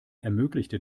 ermöglichte